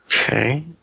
Okay